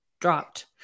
dropped